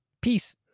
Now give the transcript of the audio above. Peace